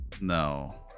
No